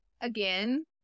again